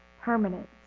permanent